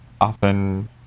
often